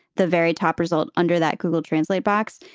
the very top result under that google translate box,